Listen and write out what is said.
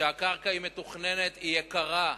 כשהקרקע מתוכננת היא יקרה,